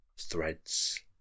threads